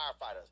firefighters